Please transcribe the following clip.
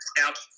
out